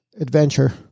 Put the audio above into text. adventure